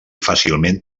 fàcilment